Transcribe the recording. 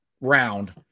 round